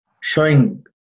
showing